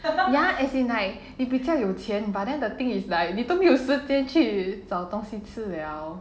ya as in like you 比较有钱 but then the thing is like 你都没有时间去找东西吃了